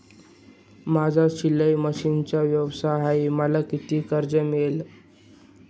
माझा शिलाई मशिनचा व्यवसाय आहे मला किती कर्ज मिळेल?